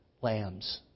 lambs